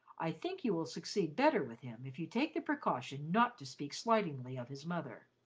i think you will succeed better with him if you take the precaution not to speak slightingly of his mother.